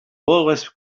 always